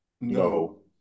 No